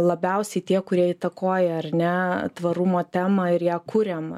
labiausiai tie kurie įtakoja ar ne tvarumo temą ir ją kuriam